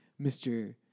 Mr